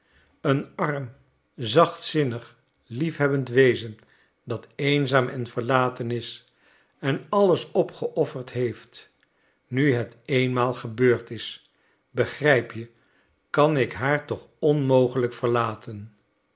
een arm zachtzinnig liefhebbend wezen dat eenzaam en verlaten is en alles opgeofferd heeft nu het eenmaal gebeurd is begrijp je kan ik haar toch onmogelijk verlaten